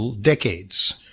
decades